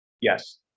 Yes